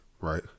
Right